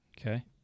Okay